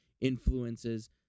influences